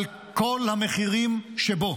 על כל המחירים שבו.